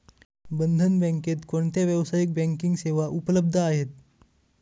बंधन बँकेत कोणत्या व्यावसायिक बँकिंग सेवा उपलब्ध आहेत?